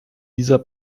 dieser